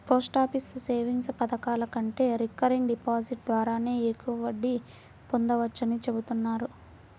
post office savings పథకాల కంటే recurring deposit ద్వారానే ఎక్కువ వడ్డీ పొందవచ్చని చెబుతున్నారు